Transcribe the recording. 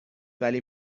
ولی